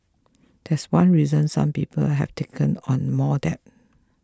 that's one reason some people have taken on more debt